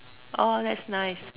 !aww! that's nice